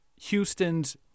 Houston's